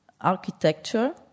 architecture